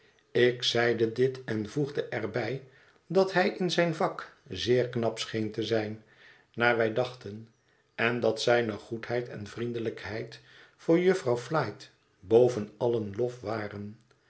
ik zeide dit en voegde er bij dat hij in zijn vak zeer knap scheen te zijn naar wij dachten en dat zijne goedheid en vriendelijkheid voor jufvrouw flite boven allen lof waren